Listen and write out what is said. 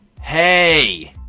Hey